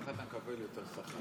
ככה אתה מקבל יותר שכר,